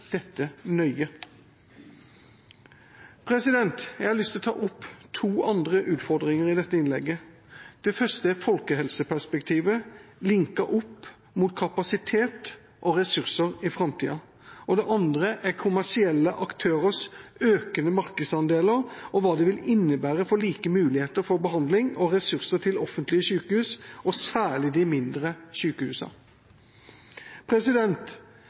dette nøye. Jeg har lyst til å ta opp to andre utfordringer i dette innlegget. Den første er folkehelseperspektivet, linket opp mot kapasitet og ressurser i framtida. Den andre er kommersielle aktørers økende markedsandeler og hva det vil innebære for like muligheter til behandling i og ressurser til offentlige sykehus, særlig de mindre